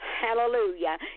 Hallelujah